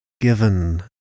Given